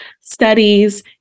studies